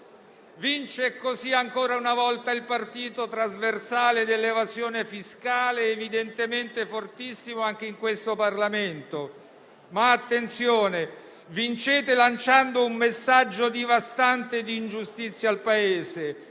Vince così ancora una volta il partito trasversale dell'evasione fiscale evidentemente fortissimo anche in questo Parlamento. Ma attenzione: vincete lanciando un messaggio devastante di ingiustizia al Paese,